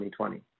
2020